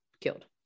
killed